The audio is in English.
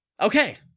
Okay